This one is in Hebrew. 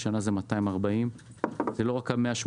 והשנה זה 240. זה לא רק ה-180